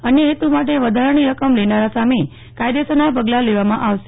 અન્ય હેતુ માટે વધારાની રકમ લેનારા સામે કાયદેસરના પગલા લેવામાં આવશે